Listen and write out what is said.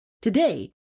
Today